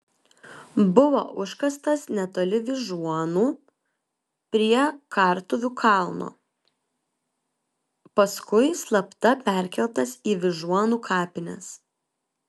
buvo užkastas netoli vyžuonų prie kartuvių kalno paskui slapta perkeltas į vyžuonų kapines